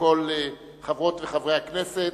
מכל חברות וחברי הכנסת,